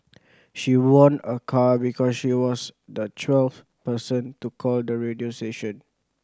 she won a car because she was the twelfth person to call the radio station